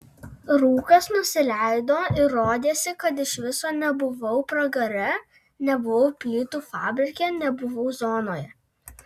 rūkas nusileido ir rodėsi kad iš viso nebuvau pragare nebuvau plytų fabrike nebuvau zonoje